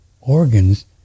organs